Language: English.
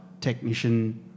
technician